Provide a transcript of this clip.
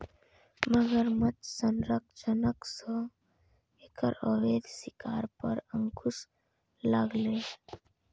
मगरमच्छ संरक्षणक सं एकर अवैध शिकार पर अंकुश लागलैए